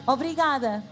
Obrigada